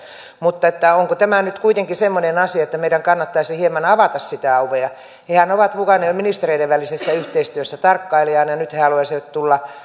mutta onko tämä nyt kuitenkin semmoinen asia että meidän kannattaisi hieman avata sitä ovea hehän ovat mukana jo ministereiden välisessä yhteistyössä tarkkailijana ja nyt he haluaisivat tulla